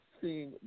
seeing